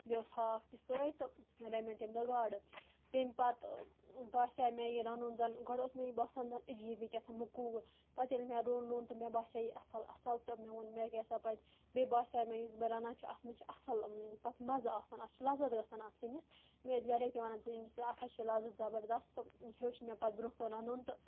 بیٚیہِ اوس ہاکھ تہِ سۭتۍ تہٕ رَنہِ مےٚ تمہِ دۄہ گاڈٕ تمہِ پَتہٕ باسے مےٚ یہِ رَنُن زَنہٕ گۄڈٕ اوس مےٚ یہِ باسان زَنہٕ عجیٖبٕے کیٛاہ تھام موٚکوٗر پَتہٕ ییٚلہِ مےٚ روٚن ووٚن تہٕ مےٚ باسے یہِ اَصٕل اَصٕل تہٕ مےٚ ووٚن مےٚ کیٛاہ سا پَزِ بیٚیہِ باسیٛاو مےٚ یُس بہٕ رَنان چھِ اَتھ منٛز چھِ اَصٕل پَتہٕ مَزٕ آسان اَتھ چھِ لَزت گژھان اَتھ سِنِس مےٚ ٲسۍ گَرِکۍ تہِ وَنان چٲنِس اَتھَس چھِ لَذَت زبردَس تہٕ ہیوٚچھ مےٚ پَتہٕ برونٛہہ کُن رَنُن تہٕ